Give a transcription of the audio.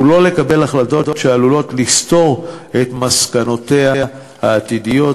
ולא לקבל החלטות שעלולות לסתור את מסקנותיה העתידיות,